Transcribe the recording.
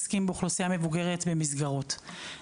ומתן על הנחות על תעריף של משרד הבריאות, שהוא